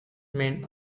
men